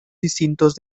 distintos